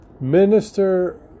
minister